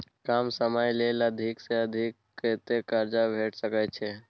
कम समय ले अधिक से अधिक कत्ते कर्जा भेट सकै छै?